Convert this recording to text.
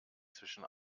zwischen